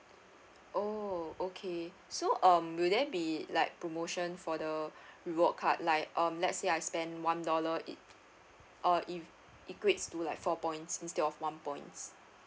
oh okay so um will there be like promotion for the reward card like um let's say I spend one dollar it or it equates to like four points instead of one points